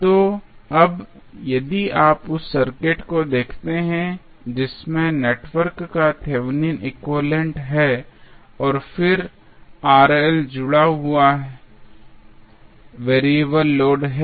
तो अब यदि आप उस सर्किट को देखते हैं जिसमें नेटवर्क का थेवेनिन एक्विवैलेन्ट Thevenins equivalent है और फिर जुड़ा हुआ वैरिएबल लोड है